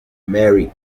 married